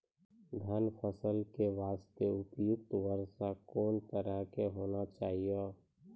धान फसल के बास्ते उपयुक्त वर्षा कोन तरह के होना चाहियो?